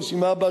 ברשימה הבאה,